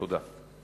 תודה.